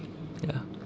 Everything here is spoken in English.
ya